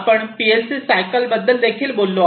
आपण PLC cycle बद्दल बोललो आहेत